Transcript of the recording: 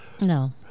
No